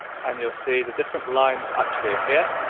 and you'll see the different lines actually appear.